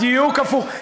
בדיוק הפוך.